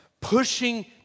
pushing